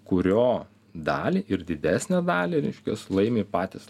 kurio dalį ir didesnę dalį reiškias laimi patys